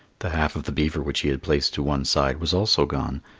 the half of the beaver which he had placed to one side was also gone,